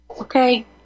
okay